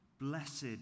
blessed